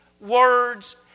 words